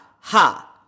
ha